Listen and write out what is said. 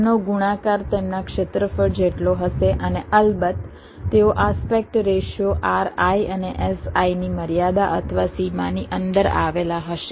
તેમનો ગુણાકાર તેમના ક્ષેત્રફળ જેટલો હશે અને અલબત્ત તેઓ આસ્પેક્ટ રેશિયો ri અને si ની મર્યાદા અથવા સીમાની અંદર આવેલા હશે